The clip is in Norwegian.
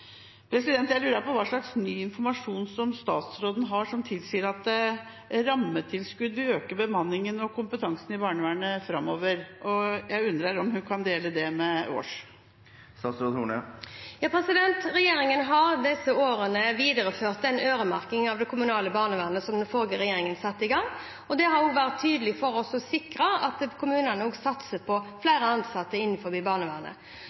Jeg lurer på hva slags ny informasjon statsråden har som tilsier at rammetilskudd vil øke bemanningen og kompetansen i barnevernet framover. Jeg undrer om hun kan dele det med oss. Regjeringen har i disse årene videreført den øremerkingen til det kommunale barnevernet som den forrige regjeringen satte i gang. Det har også vært viktig for oss å sikre at kommunene satser på flere ansatte innenfor barnevernet.